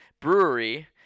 Brewery